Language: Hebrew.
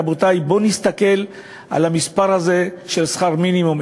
רבותי, בואו נסתכל על המספר הזה של שכר מינימום.